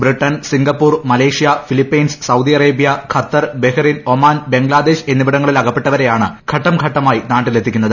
Britain Singapore Malaysia Philippines Saudi Arabia Qatar Bahrain Oman Bangladesh എന്നിവിടങ്ങളിലകപ്പെട്ടവരെയാണ് ഘട്ടം ഘട്ടമായി നാട്ടിലെത്തിക്കുന്നത്